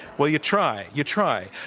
well, you try. you try.